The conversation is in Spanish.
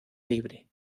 libre